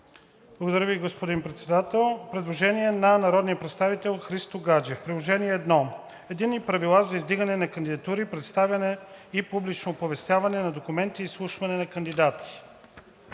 ДОКЛАДЧИК НАСТИМИР АНАНИЕВ: Предложение на народния представител Христо Гаджев: „Приложение № 1. Единни правила за издигане на кандидатури, представяне и публично оповестяване на документи, изслушване на кандидати,